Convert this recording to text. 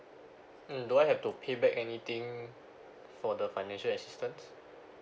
mm do I have to pay back anything for the financial assistance